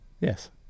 Yes